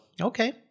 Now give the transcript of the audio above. okay